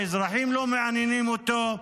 האזרחים לא מעניינים אותו,